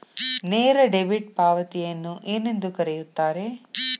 ನೇರ ಡೆಬಿಟ್ ಪಾವತಿಯನ್ನು ಏನೆಂದು ಕರೆಯುತ್ತಾರೆ?